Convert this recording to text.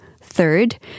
Third